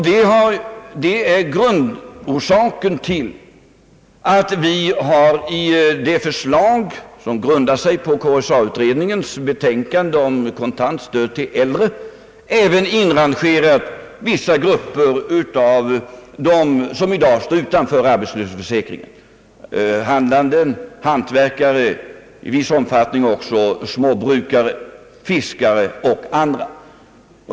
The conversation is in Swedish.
Det är huvudorsaken till att vi i det förslag, som grundar sig på KSA-utredningens betänkande om kontantstöd till äldre, även tagit med vissa grupper av dem som i dag står utanför arbetslöshetsförsäkringen — handlande, hantverkare, i viss omfattning småbrukare, fiskare och andra.